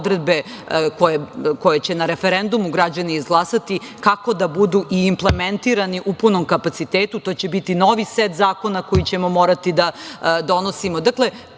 odredbe koje će na referendumu građani izglasati, kako da budu i implementirani u punom kapacitetu. To će biti novi set zakona koji ćemo morati da donosimo. Dakle,